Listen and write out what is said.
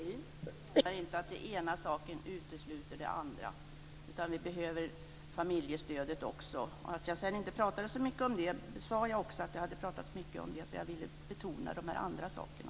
Fru talman! Jag menar inte att den ena saken utesluter den andra. Vi behöver familjestödet också. Att jag inte pratade så mycket om det berodde som jag sade på att det redan pratats så mycket om det så att jag vill betona de här andra sakerna.